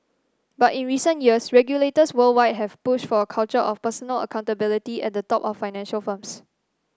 but in recent years regulators worldwide have pushed for a culture of personal accountability at the top of financial firms